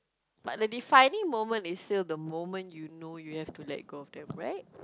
but the defining moment is still the moment you know you have to let go of them right